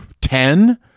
ten